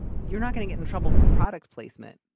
you're not gonna get in trouble for product placement.